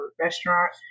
restaurant